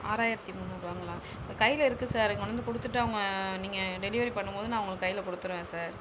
ஆறாயிரத்தி முந்நூறுவாங்களா இப்போ கையில இருக்குது சார் இங்கே கொண்டு வந்து கொடுத்துட்டு அவங்க நீங்கள் டெலிவரி பண்ணும்போது நான் உங்களுக்கு கையில கொடுத்துருவேன் சார்